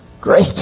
Great